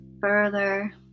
further